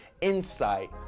insight